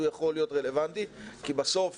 כי בסוף